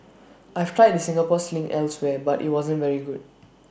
I've tried the Singapore sling elsewhere but IT wasn't very good